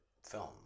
film